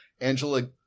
Angela